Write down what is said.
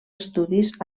estudis